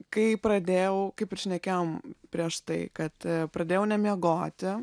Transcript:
kai pradėjau kaip ir šnekėjom prieš tai kad pradėjau nemiegoti